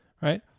Right